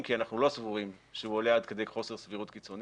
אם כי אנחנו לא סבורים שהוא עולה עד כדי חוסר סבירות קיצוני,